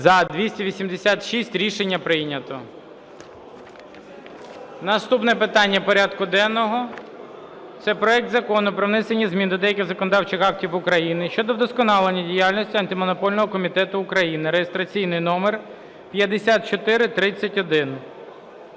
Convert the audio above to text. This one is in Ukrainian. За-286 Рішення прийнято. Наступне питання порядку денного – це проект Закону про внесення змін до деяких законодавчих актів України щодо вдосконалення діяльності Антимонопольного комітету України (реєстраційний номер 5431)